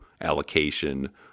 allocation